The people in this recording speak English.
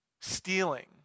Stealing